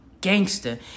gangster